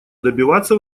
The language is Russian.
добиваться